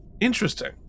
Interesting